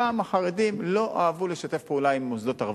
פעם החרדים לא אהבו לשתף פעולה עם מוסדות הרווחה,